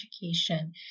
education